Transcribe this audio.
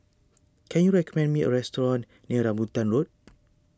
can you recommend me a restaurant near Rambutan Road